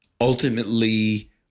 ultimately